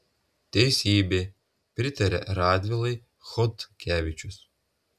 teisybė pritaria radvilai chodkevičius